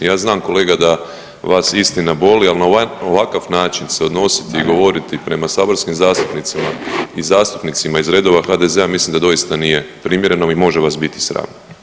Ja znam kolega da vas istina boli, al na ovakav način se odnositi i govoriti prema saborskim zastupnicima i zastupnicima iz redova HDZ-a mislim da doista nije primjereno i može vas biti sram.